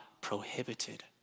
prohibited